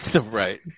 Right